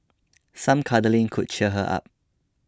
some cuddling could cheer her up